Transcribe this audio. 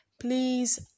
please